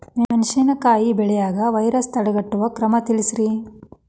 ಮೆಣಸಿನಕಾಯಿ ಬೆಳೆಗೆ ವೈರಸ್ ತಡೆಗಟ್ಟುವ ಕ್ರಮ ತಿಳಸ್ರಿ